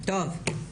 טוב,